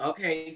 Okay